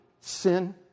sin